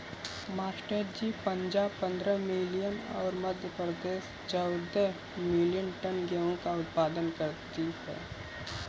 master ji Punjab पंद्रह million और मध्य प्रदेश चौदह मिलीयन टन गेहूं का उत्पादन करती है